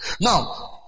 Now